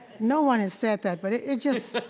no one has said that but it it just